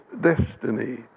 destiny